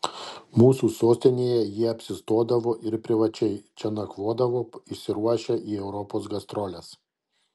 mūsų sostinėje jie apsistodavo ir privačiai čia nakvodavo išsiruošę į europos gastroles